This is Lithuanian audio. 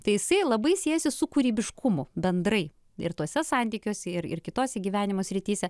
tai jisai labai siejasi su kūrybiškumu bendrai ir tuose santykiuose ir ir kitose gyvenimo srityse